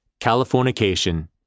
Californication